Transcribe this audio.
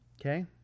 Okay